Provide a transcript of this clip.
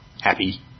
Happy